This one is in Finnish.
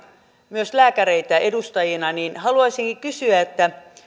myös lääkäreitä edustajina haluaisin kysyä